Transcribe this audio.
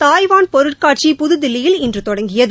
Taiwan பொருட்காட்சி புதுதில்லியில் இன்று தொடங்கியது